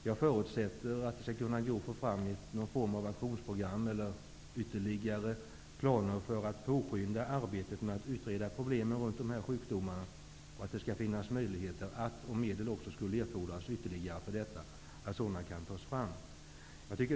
Jag förutsätter att det skall gå att få fram någon form av aktionsprogram eller ytterligare planer för att påskynda arbetet med att utreda problemen runt dessa sjukdomar, och att det, om det skulle erfordras, skall finnas möjligheter att också ta fram ytterligare medel för detta.